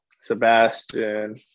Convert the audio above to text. Sebastian